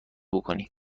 بکنی